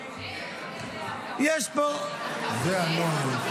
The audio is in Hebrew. יש פה --- זה הנוהל.